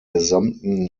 gesamten